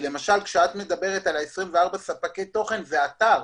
כשאת מדברת על ה-24 ספקי תוכן, זה אתר.